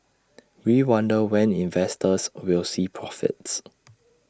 we wonder when investors will see profits